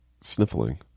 sniffling